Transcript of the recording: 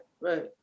right